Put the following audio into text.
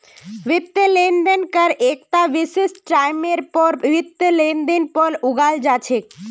वित्तीय लेन देन कर एकता विशिष्ट टाइपेर वित्तीय लेनदेनेर पर लगाल जा छेक